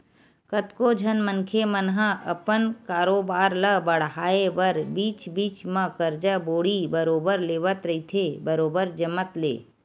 कतको झन मनखे मन ह अपन कारोबार ल बड़हाय बर बीच बीच म करजा बोड़ी बरोबर लेवत रहिथे बरोबर जमत ले